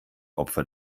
opfer